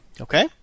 Okay